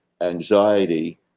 anxiety